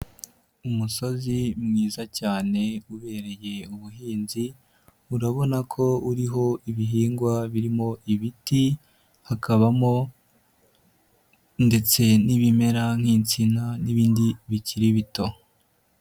Umusozi mwiza cyane ubereye ubuhinzi urabona ko uriho ibihingwa birimo ibiti hakabamo ndetse n'ibimera nk'insina n'ibindi bikiri bito.